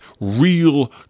real